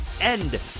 end